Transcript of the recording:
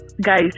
guys